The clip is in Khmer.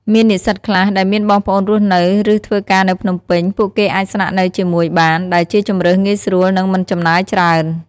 មាននិស្សិតខ្លះដែលមានបងប្អូនរស់នៅ ឬធ្វើការនៅភ្នំពេញ ពួកគេអាចស្នាក់នៅជាមួយបាន ដែលជាជម្រើសងាយស្រួលនិងមិនចំណាយច្រើន។